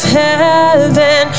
heaven